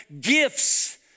gifts